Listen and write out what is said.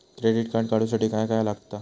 Credit card काढूसाठी काय काय लागत?